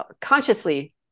consciously